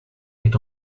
est